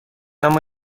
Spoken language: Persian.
اما